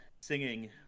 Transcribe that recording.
singing